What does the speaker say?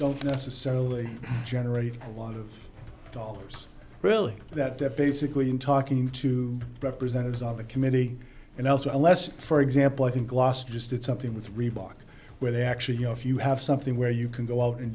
don't necessarily generate a lot of dollars really that basically i'm talking to representatives on the committee and elsewhere unless for example i think last just did something with reebok where they actually you know if you have something where you can go out and